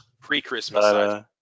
Pre-Christmas